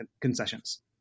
concessions